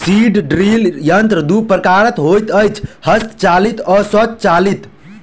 seed drill यंत्र दू प्रकारक होइत छै, हस्तचालित आ स्वचालित